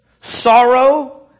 sorrow